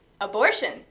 Abortion